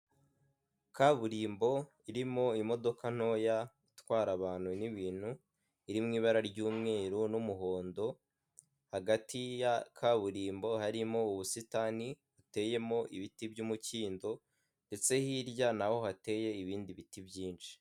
Kaburimbo irimo imodoka ntoya itwara abantu n'ibintu iri mu ibara ry'umweru n'umuhondo, hagati ya kaburimbo harimo ubusitani buteyemo ibiti by'umukindo ndetse hirya naho hateye ibindi biti byinshi.